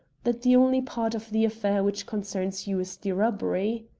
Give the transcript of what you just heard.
that the only part of the affair which concerns you is the robbery.